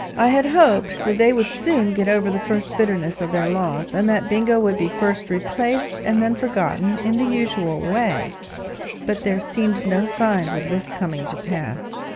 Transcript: i had hoped that they would soon get over the first bitterness of their loss, and that bingo would be first replaced and then forgotten in the usual way but there seemed no signs of this coming to pass.